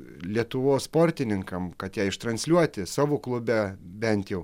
lietuvos sportininkam kad ją aš transliuoti savo klube bent jau